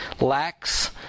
lacks